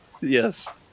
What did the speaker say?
Yes